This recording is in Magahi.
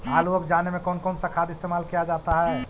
आलू अब जाने में कौन कौन सा खाद इस्तेमाल क्या जाता है?